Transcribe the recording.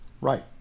Right